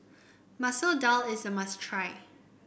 Masoor Dal is a must try